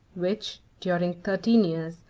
which, during thirteen years,